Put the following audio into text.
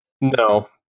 No